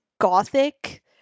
gothic